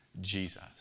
Jesus